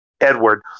Edward